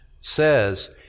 says